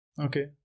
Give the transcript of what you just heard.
okay